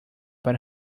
but